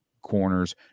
corners